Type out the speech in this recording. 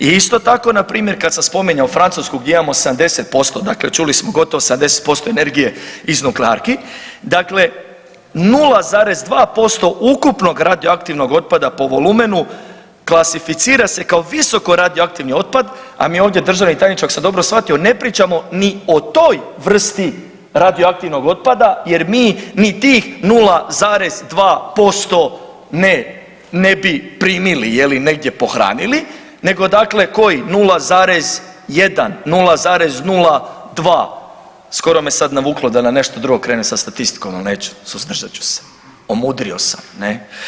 Isto tako, na primjer, kad sam spominjao Francusku gdje imamo 70%, dakle čuli smo, gotovo 70% energije iz nuklearki, dakle 0,2% ukupnog radioaktivnog otpada po volumenu klasificira se kao visokoradioaktivni otpad, a mi ovdje državni tajniče, ako sam dobro shvatio ne pričamo ni o toj vrsti radioaktivnog otpada, jer mi ni tih 0,2% ne bi primili, negdje pohranili, nego dakle koji 0,1, 0,02, skoro me sad navuklo da na nešto drugo krenem sa statistikom, ali neću, suzdržat ću se, omudrio sam, ne.